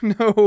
no